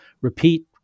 repeat